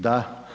Da.